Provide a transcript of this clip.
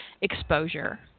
exposure